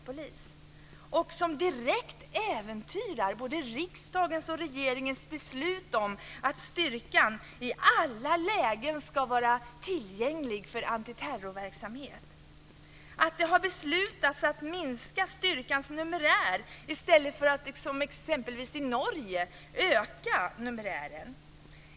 Detta äventyrar direkt både riksdagens och regeringens beslut om att styrkan i alla lägen ska vara tillgänglig för antiterrorverksamhet. Vidare ska det ha beslutats om att minska styrkans numerär i stället för att t.ex. som i Norge öka numerären.